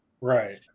Right